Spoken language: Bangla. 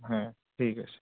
হ্যাঁ ঠিক আছে